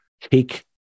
take